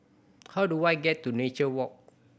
how do I get to Nature Walk